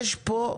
יש פה,